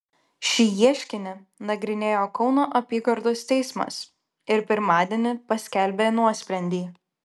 šį ieškinį nagrinėjo kauno apygardos teismas ir pirmadienį paskelbė nuosprendį